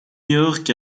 york